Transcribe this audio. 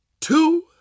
two